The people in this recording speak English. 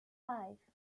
five